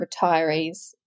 retirees